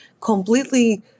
completely